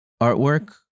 artwork